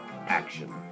action